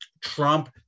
Trump